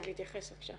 רצית להתייחס, בבקשה.